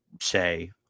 say